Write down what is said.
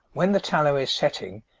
when the tallow is setting,